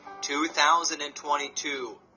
2022